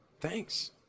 thanks